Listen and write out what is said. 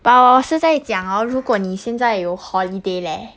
but 我是在讲哦如果你现在有 holiday leh